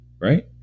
right